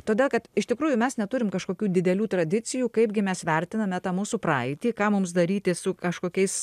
todėl kad iš tikrųjų mes neturim kažkokių didelių tradicijų kaipgi mes vertiname tą mūsų praeitį ką mums daryti su kažkokiais